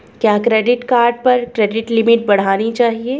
क्या credit card पर credit limit बढ़ानी चाहिए?